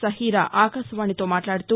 సహీరా ఆకాశవాణితో మాట్లాడుతూ